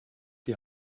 die